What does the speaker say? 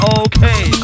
okay